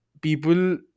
people